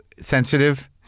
sensitive